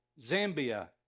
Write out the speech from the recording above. Zambia